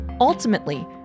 Ultimately